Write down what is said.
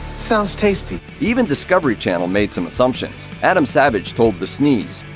sounds tasty. even discovery channel made some assumptions. adam savage told the sneeze,